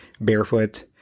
barefoot